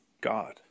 God